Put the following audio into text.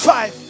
Five